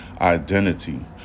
identity